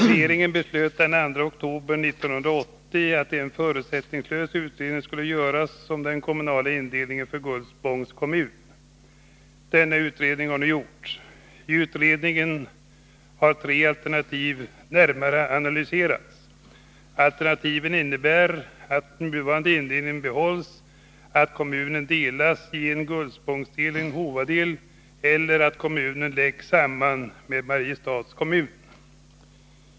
Regeringen beslöt den 2 oktober 1980 att en förutsättningslös utredning skulle göras om den kommunala indelningen för Gullspångs kommun. Denna utredning har nu gjorts. I utredningen har tre alternativ närmare analyserats. Alternativen innebär att nuvarande indelning behålls, att kommunen delas i en Gullspångsdel och en Hovadel eller att kommunen läggs samman med Mariestads kommun.